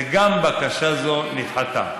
וגם בקשה זו נדחתה.